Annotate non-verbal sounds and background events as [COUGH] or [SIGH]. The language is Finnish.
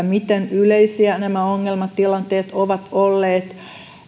[UNINTELLIGIBLE] miten yleisiä nämä ongelmatilanteet ovat olleet